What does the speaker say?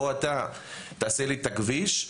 בוא אתה תעשה לי את הכביש,